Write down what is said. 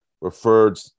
referred